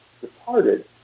departed